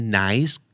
nice